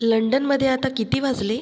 लंडनमध्ये आता किती वाजले